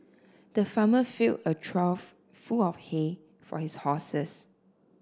the farmer filled a trough full of hay for his horses